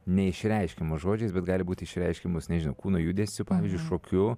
neišreiškiamos žodžiais bet gali būti išreiškiamas nežinau kūno judesiu pavyzdžiui šokiu